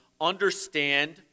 understand